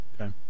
Okay